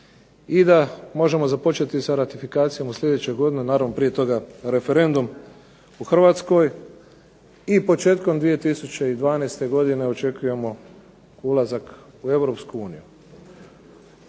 i da možemo započeti sa ratifikacijom u sljedećoj godini, naravno prije toga referendum u Hrvatskoj i početkom 2012. godine očekujemo ulazak u